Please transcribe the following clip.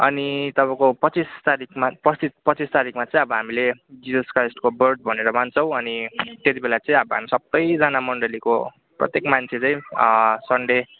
अनि तपाईँको पच्चिस तारिकमा पच्चिस पच्चिस तारिकमा चाहिँ अब हामीले जिजस क्राइष्टको बर्थ भनेर मान्छौँ अनि त्यति बेला चाहिँ अब हामी सबैजना मण्डलीको प्रत्येक मान्छे चाहिँ सन्डे